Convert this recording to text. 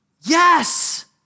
yes